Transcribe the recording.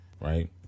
right